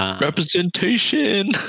representation